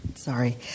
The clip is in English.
Sorry